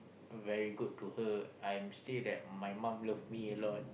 very good to her I'm still that my mom love me a lot